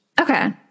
Okay